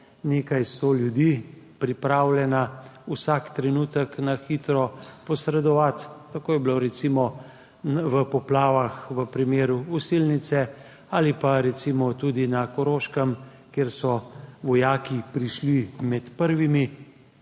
nekaj sto ljudi pripravljena vsak trenutek na hitro posredovati, tako je bilo recimo v poplavah v primeru Osilnice ali pa recimo tudi na Koroškem, kjer so vojaki prišli med prvimi